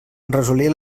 resolia